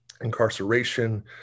incarceration